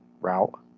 route